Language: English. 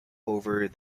over